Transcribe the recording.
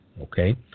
okay